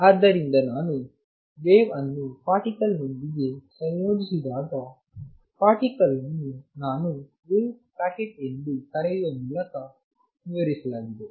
ಆದ್ದರಿಂದ ನಾನು ವೇವ್ ಅನ್ನು ಪಾರ್ಟಿಕಲ್ ದೊಂದಿಗೆ ಸಂಯೋಜಿಸಿದಾಗ ಪಾರ್ಟಿಕಲ್ ಅನ್ನು ನಾನು ವೇವ್ ಪ್ಯಾಕೆಟ್ ಎಂದು ಕರೆಯುವ ಮೂಲಕ ವಿವರಿಸಲಾಗಿದೆ